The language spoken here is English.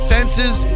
Fences